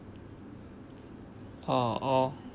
ah oh